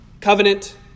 covenant